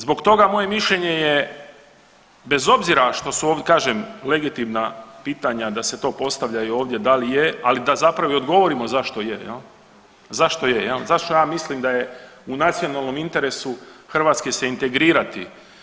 Zbog toga, moje mišljenje je, bez obzira što su .../nerazumljivo/... kažem, legitimna pitanja da se to postavljaju ovdje da li je, ali da zapravo i odgovorimo zašto je, zašto je, zašto ja mislim da je u nacionalnom interesu Hrvatske se integrirati?